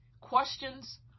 questions